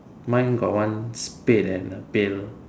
mine got one spade and a pail